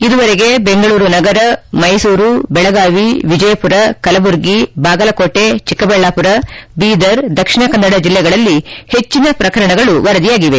ಇದುವರೆಗೆ ಬೆಂಗಳೂರು ನಗರ ಮೈಸೂರು ಬೆಳಗಾವಿ ವಿಜಯಪುರ ಕಲಬುರಗಿ ಬಾಗಲಕೋಟೆ ಚಿಕ್ಕಬಳ್ಯಾಮರ ಬೀದರ್ ದಕ್ಷಿಣ ಕನ್ನಡ ಜಿಲ್ಲೆಗಳಲ್ಲಿ ಹೆಚ್ಚಿನ ಪ್ರಕರಣಗಳು ವರದಿಯಾಗಿವೆ